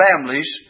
families